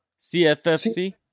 CFFC